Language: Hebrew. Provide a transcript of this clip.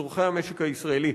לצורכי המשק הישראלי.